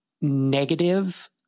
negative